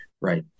right